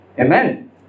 Amen